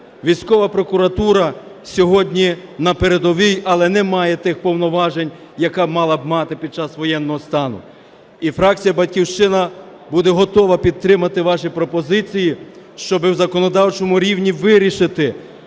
військова прокуратура сьогодні на передовій, але не має тих повноважень, яка мала б мати під час воєнного стану. І фракція "Батьківщина" буде готова підтримати ваші пропозиції, щоб на законодавчому рівні вирішити